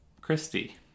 Christy